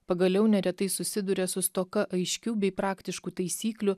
pagaliau neretai susiduria su stoka aiškių bei praktiškų taisyklių